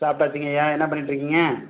சாப்பிட்டாச்சுங்கய்யா என்ன பண்ணிட்டு இருக்கீங்க